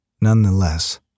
Nonetheless